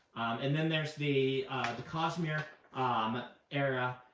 and then there's the the cosmere um era.